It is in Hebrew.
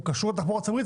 קשור לתחבורה הציבורית,